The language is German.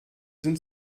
sind